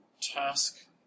task